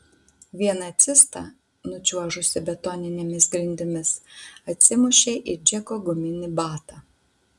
viena cista nučiuožusi betoninėmis grindimis atsimušė į džeko guminį batą